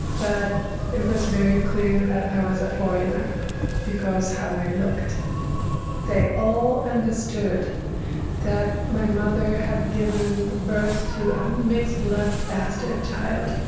but it was very clear that i was a foreigner because how i looked they all understood that my mother had given birth to a mixed blood bastard child,